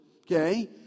okay